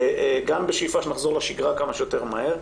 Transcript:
גם בשאיפה שנחזור לשגרה כמה שיותר מהר,